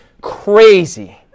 crazy